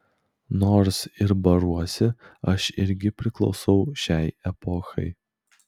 nors ir baruosi aš irgi priklausau šiai epochai